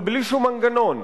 אבל בלי שום מנגנון.